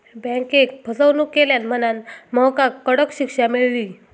बँकेक फसवणूक केल्यान म्हणांन महकाक कडक शिक्षा मेळली